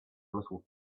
little